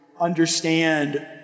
understand